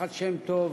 משפחת שם-טוב,